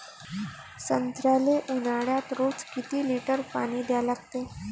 संत्र्याले ऊन्हाळ्यात रोज किती लीटर पानी द्या लागते?